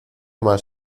más